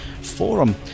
forum